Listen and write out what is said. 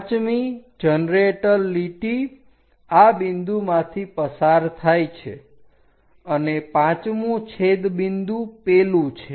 5 મી જનરેટર લીટી આ બિંદુમાંથી પસાર થાય છે અને પાંચમું છેદ બિંદુ પેલું છે